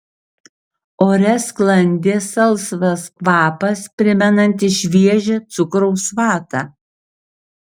ore sklandė salsvas kvapas primenantis šviežią cukraus vatą